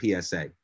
PSA